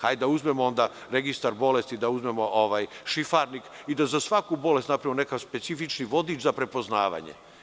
Hajde da uzmemo registar bolesti, da uzmemo šifrarnik i da za svaku bolest napravimo neki specifični vodič za prepoznavanje.